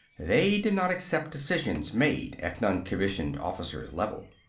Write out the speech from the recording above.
they did not accept decisions made at non-commissioned-officer level.